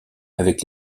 avec